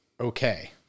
okay